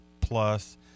plus